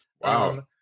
Wow